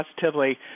positively